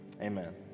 Amen